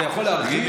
אתה יכול להרחיב?